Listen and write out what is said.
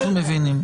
אנחנו מבינים.